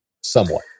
somewhat